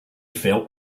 felt